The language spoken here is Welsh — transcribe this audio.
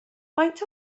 faint